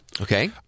Okay